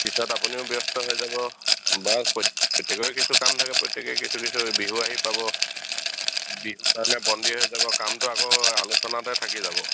পিছত আপুনিও ব্যস্ত হৈ যাব বা প্ৰত্যেকৰে কিছু কাম থাকে প্ৰত্যেকেই কিছু কিছু বিহু আহি পাব বিহুৰ কাৰণে বন্দী হৈ যাব কামটো আকৌ আলোচনাতে থাকি যাব